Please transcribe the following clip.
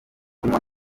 kunywa